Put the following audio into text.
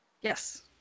Yes